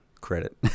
credit